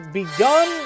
begun